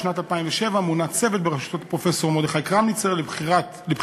בשנת 2007 מונה צוות בראשות פרופסור מרדכי קרמניצר לבחינת